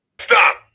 stop